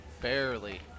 Barely